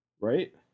right